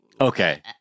okay